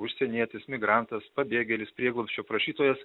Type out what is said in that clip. užsienietis migrantas pabėgėlis prieglobsčio prašytojas